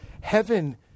heaven